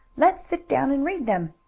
let's sit down and read them!